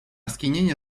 skinienie